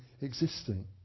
existing